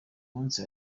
munsi